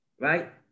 Right